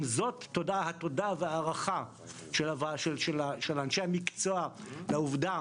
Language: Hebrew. אם זאת התודה וההערכה של אנשי המקצוע לעובדה